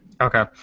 Okay